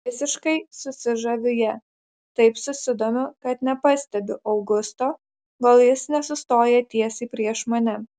visiškai susižaviu ja taip susidomiu kad nepastebiu augusto kol jis nesustoja tiesiai prieš mane